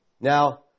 Now